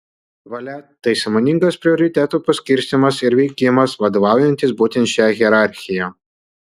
valia tai sąmoningas prioritetų paskirstymas ir veikimas vadovaujantis būtent šia hierarchija